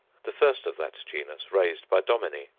the first of that genus raised by dominy,